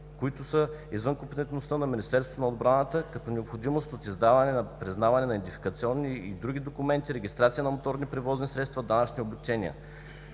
които са извън компетентността на Министерството на отбраната, като необходимостта от издаване/признаване на идентификационни и други документи, регистрация на моторни превозни средства, данъчни облекчения.